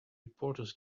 reporters